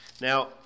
Now